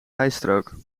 rijstrook